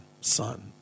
son